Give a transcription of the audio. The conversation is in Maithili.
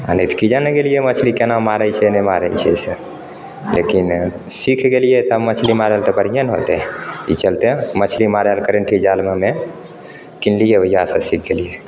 आ नहि तऽ की जाने गेलिए मछली केना मारै छै नहि मारै छै से लेकिन सीख गेलिए तब मछली मारय लऽ तऽ बढ़िऑं ने होतय ई चलते मछली मारय लऽ करेंटी जाल मे हम्मे कीनलिए ओइजाँ से सीख गेलिए